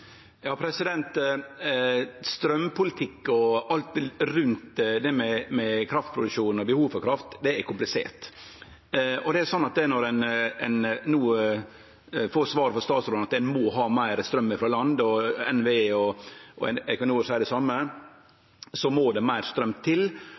og alt rundt det med kraftproduksjon og behov for kraft er komplisert. Når ein no får svar frå statsråden om at ein må ha meir straum frå land, og NVE og Equinor seier det same, må det